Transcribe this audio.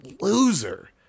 loser